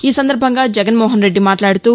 ఈసందర్భంగా జగన్మోహన్ రెడ్డి మాట్లాడుతూ